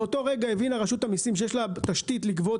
באותו רגע הבינה רשות המיסים שיש לה תשתית לגבות